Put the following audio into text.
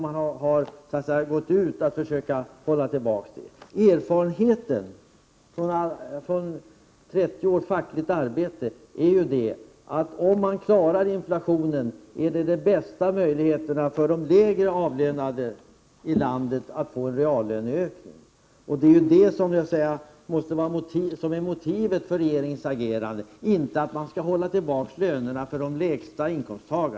Man har försökt att hålla tillbaka denna. Erfarenheten av 30 års fackligt arbete är ju den att klarar man inflationen, har man de bästa möjligheterna att ge de lägre avlönade i landet en reallöneökning. Detta är motivet bakom regeringens agerande, inte att hålla tillbaka lönerna för dem som har de lägsta inkomsterna.